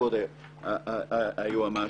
כבוד היועץ המשפטי,